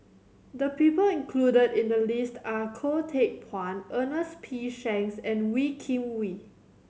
the people included in the list are Goh Teck Phuan Ernest P Shanks and Wee Kim Wee